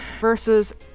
versus